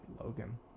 Logan